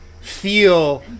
feel